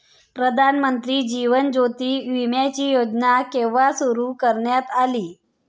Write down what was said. प्रधानमंत्री जीवन ज्योती विमाची योजना केव्हा सुरू करण्यात आली?